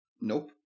Nope